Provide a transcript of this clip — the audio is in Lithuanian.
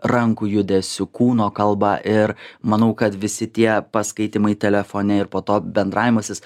rankų judesių kūno kalba ir manau kad visi tie paskaitymai telefone ir po to bendravimas jis